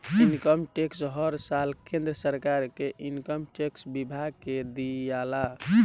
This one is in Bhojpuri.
इनकम टैक्स हर साल केंद्र सरकार के इनकम टैक्स विभाग के दियाला